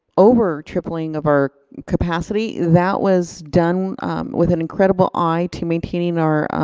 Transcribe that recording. over tripling of our capacity, that was done with an incredible eye to maintaining our